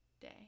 day